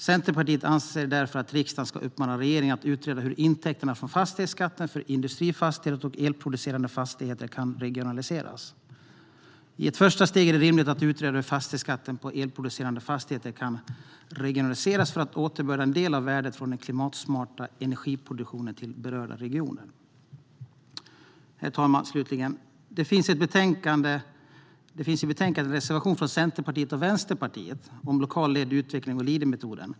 Centerpartiet anser därför att riksdagen ska uppmana regeringen att utreda hur intäkterna från fastighetsskatten för industrifastigheter och elproducerande fastigheter kan regionaliseras. I ett första steg är det rimligt att utreda hur fastighetsskatten på elproducerande fastigheter kan regionaliseras för att återbörda en del av värdet från den klimatsmarta energiproduktionen till berörda regioner. Herr talman! Slutligen finns det i betänkandet en reservation från Centerpartiet och Vänsterpartiet om lokalt ledd utveckling och Leadermetoden.